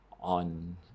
on